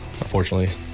Unfortunately